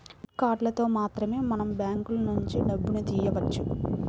debit కార్డులతో మాత్రమే మనం బ్యాంకులనుంచి డబ్బును తియ్యవచ్చు